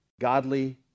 godly